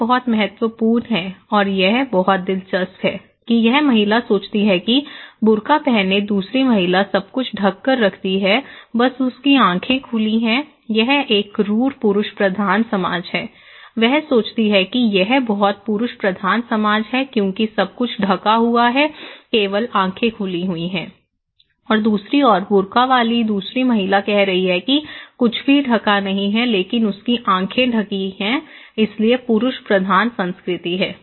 यह बहुत महत्वपूर्ण है और यह बहुत दिलचस्प है कि यह महिला सोचती है कि बुर्का पहने दूसरी महिला सब कुछ ढक कर रखती है बस उसकी आँखें खुली है यह एक क्रूर पुरुष प्रधान समाज है वह सोचती है कि यह एक बहुत पुरुष प्रधान समाज है क्योंकि सब कुछ ढका हुआ है केवल आंखें खुली हुई हैं दूसरी ओर बुर्का वाली दूसरी महिला कह रही है कि कुछ भी ढका नहीं है लेकिन उसकी आँखें ढकी है इसलिए पुरुष प्रधान संस्कृति है